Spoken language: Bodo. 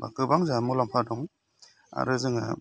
बा गोबां जोंहा मुलाम्फा दं आरो जोङो